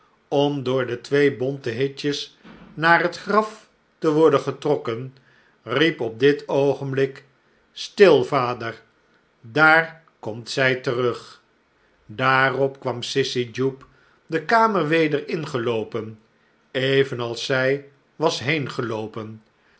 om door de twee bonte hitjes naar het graf te worden getrokken riep op dit oogenblik stil vader daar komt zij terug daarop kwam sissy jupe de kamer weder ingeloopen evenals zij was